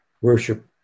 worship